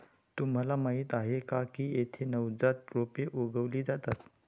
तुम्हाला माहीत आहे का की येथे नवजात रोपे उगवली जातात